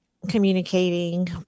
communicating